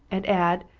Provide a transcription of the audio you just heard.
and add,